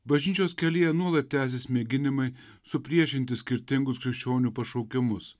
bažnyčios kelyje nuolat tęsias mėginimai supriešinti skirtingus krikščionių pašaukimus